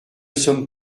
sommes